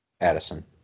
Addison